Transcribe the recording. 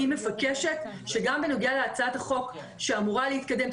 אני מבקשת שגם בנוגע להצעת החוק שאמורה להתקדם,